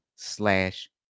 Slash